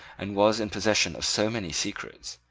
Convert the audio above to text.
and was in possession of so many secrets,